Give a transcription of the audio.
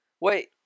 Wait